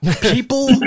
people